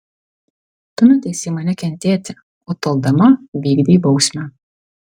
tu nuteisei mane kentėti o toldama vykdei bausmę